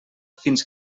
fins